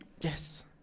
Yes